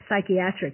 psychiatric